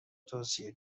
توصیه